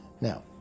Now